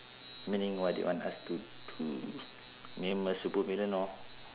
meaning what they want us to to meaning my supervillain lor